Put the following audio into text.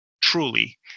truly